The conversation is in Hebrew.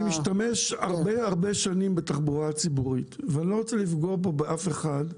אני משתמש הרבה שנים בתחבורה הציבורית ואני לא רוצה לפגוע פה באף אחד,